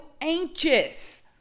anxious